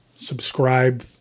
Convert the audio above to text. subscribe